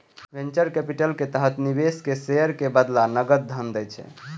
venture capital के तहत निवेशक शेयर के बदला नकद धन दै छै